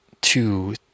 two